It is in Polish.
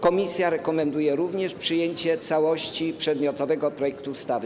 Komisja rekomenduje również przyjęcie w całości przedmiotowego projektu ustawy.